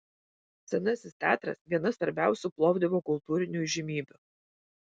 senasis teatras viena svarbiausių plovdivo kultūrinių įžymybių